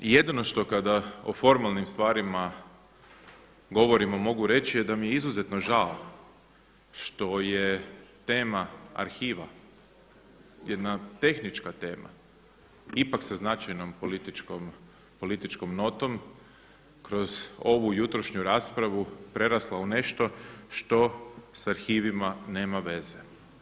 Jedino što kada o formalnim stvarima govorimo mogu reći da mi je izuzetno žao što je tema arhiva jedna tehnička tema ipak sa značajnom političkom notom kroz ovu jutrošnju raspravu prerasla u nešto što sa arhivima nema veze.